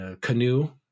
canoe